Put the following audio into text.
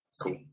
Cool